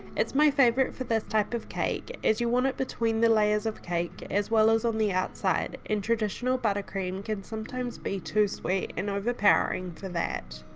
it's my favourite for this type of cake as you want it between the layers of cake as well as on the outside and traditional buttercream can sometimes be too sweet and overpowering for that.